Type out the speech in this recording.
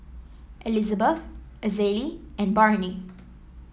Elizabeth Azalee and Barnie